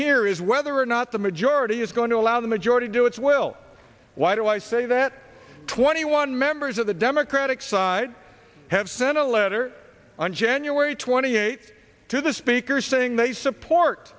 here is whether or not the majority is going to allow the majority do its will why do i say that twenty one members of the democratic side have sent a letter on january twenty eighth to the speaker saying they support